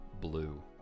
blue